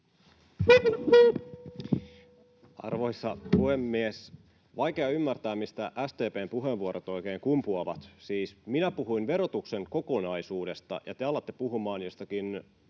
Arvoisa puhemies! Vaikea ymmärtää, mistä SDP:n puheenvuorot oikein kumpuavat. Siis minä puhuin verotuksen kokonaisuudesta, ja te alatte puhumaan jostakin